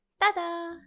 Ta-da